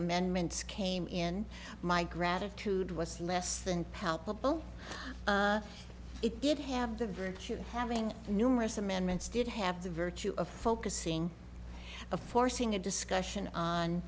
amendments came in my gratitude was less than palpable it did have the virtue of having numerous amendments did have the virtue of focusing a forcing a discussion on